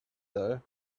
though